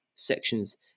sections